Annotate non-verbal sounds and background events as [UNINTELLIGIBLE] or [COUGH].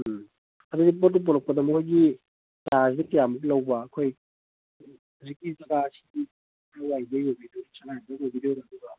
ꯎꯝ ꯑꯗꯨꯗꯤ ꯄꯣꯠꯇꯨ ꯄꯨꯔꯛꯄꯗ ꯃꯣꯏꯒꯤ ꯆꯥꯔꯖꯁꯤ ꯀꯌꯥꯃꯨꯛ ꯂꯧꯕ ꯑꯩꯈꯣꯏ ꯍꯧꯖꯤꯛꯀꯤ ꯆꯥꯔꯖꯁꯤ [UNINTELLIGIBLE] ꯑꯣꯏꯕꯤꯗꯣꯏꯔꯥ ꯑꯗꯨꯒ